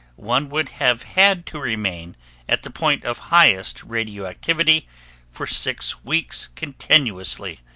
one would have had to remain at the point of highest radioactivity for six weeks continuously,